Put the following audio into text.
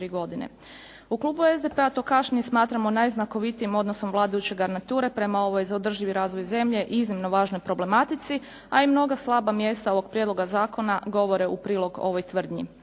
U klubu SDP-a to kašnjenje smatramo najznakovitijim odnosom vladajuće garniture prema ovoj za održivi razvoj zemlje iznimno važnoj problematici, a i mnoga slaba mjesta ovog prijedloga zakona govore u prilog ovoj tvrdnji.